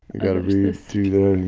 got to read through there.